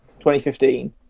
2015